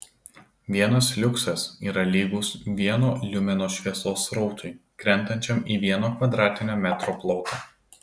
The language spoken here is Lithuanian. vienas liuksas yra lygus vieno liumeno šviesos srautui krentančiam į vieno kvadratinio metro plotą